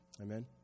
Amen